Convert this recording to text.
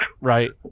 Right